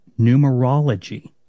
Numerology